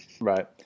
Right